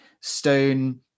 stone